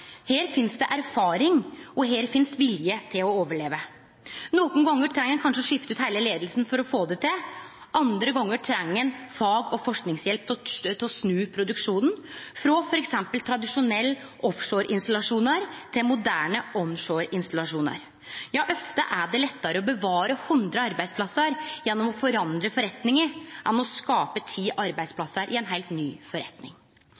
her finst det erfaring, og her finst vilje til å overleve. Nokon gonger treng ein kanskje å skifte ut heile leiinga for å få det til, andre gonger treng ein fag- og forskingshjelp til å snu produksjonen frå f.eks. tradisjonelle offshoreinstallasjonar til moderne onshoreinstallasjonar. Ja, ofte er det lettare å bevare hundre arbeidsplassar gjennom å forandre forretninga enn å skape ti arbeidsplassar i ei heilt ny forretning.